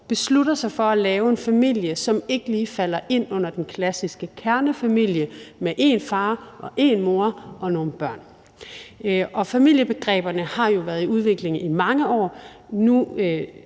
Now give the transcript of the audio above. beslutter sig for at lave en familie, som ikke lige falder ind under den klassiske kernefamilie med én far og én mor og nogle børn. Familiebegreberne har jo været i udvikling i mange år.